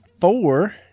four